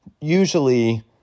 usually